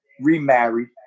remarried